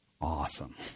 awesome